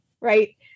right